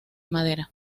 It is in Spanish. madera